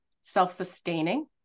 self-sustaining